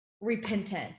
repentance